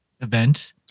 event